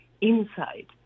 inside